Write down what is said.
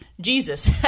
Jesus